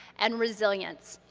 and resilience.